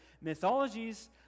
mythologies